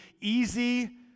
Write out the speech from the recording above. easy